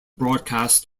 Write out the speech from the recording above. broadcast